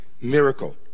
miracle